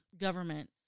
government